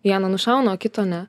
vieną nušauna o kito ne